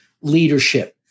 leadership